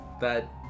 That-